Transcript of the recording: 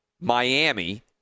miami